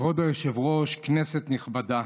כבוד היושב-ראש, כנסת נכבדה,